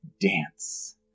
dance